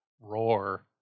roar